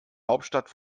hauptstadt